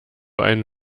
einen